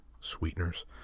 sweeteners